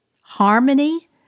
harmony